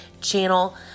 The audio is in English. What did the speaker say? channel